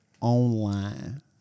online